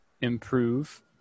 improve